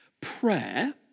Prayer